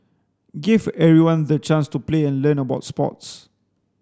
gave everyone the chance to play and learn about sports